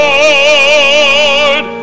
Lord